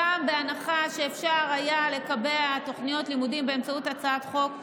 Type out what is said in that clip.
גם בהנחה שאפשר היה לקבע תוכניות לימודים באמצעות הצעת חוק,